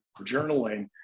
journaling